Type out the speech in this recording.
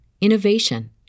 innovation